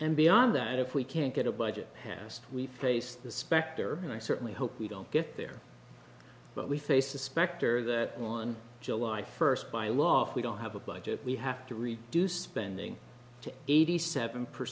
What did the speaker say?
and beyond that if we can't get a budget passed we face the specter and i certainly hope we don't get there but we face the specter that on july first by aloft we don't have a budget we have to reduce spending to eighty seven per